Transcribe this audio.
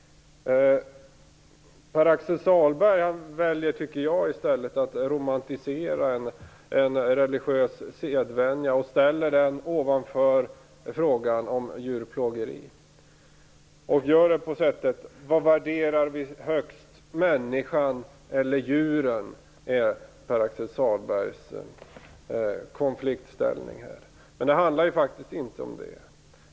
Jag tycker att Pär-Axel Sahlberg i stället väljer att romantisera en religiös sedvänja. Han sätter den över frågan om djurplågeri. Vad värderar vi högst, människan eller djuren? är Pär-Axel Sahlbergs konfliktställning. Men det handlar ju faktiskt inte om det.